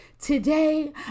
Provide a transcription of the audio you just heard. today